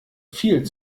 viel